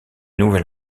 nouvel